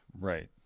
Right